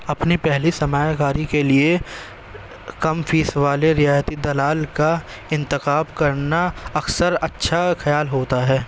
اپنی پہلی سرمایہ کاری کے لیے کم فیس والے رعایتی دلال کا انتخاب کرنا اکثر اچھا خیال ہوتا ہے